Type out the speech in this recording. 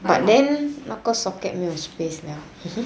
but then 那个 socket 没有 space 了